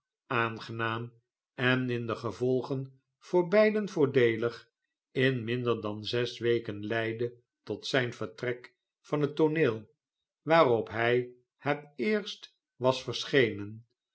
en in de gevolgen voor beiden voordeelig in minder dan zes weken leidde tot zijn vertrek van het tooneel waarop hij het eerst was verschenen